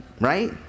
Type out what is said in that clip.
Right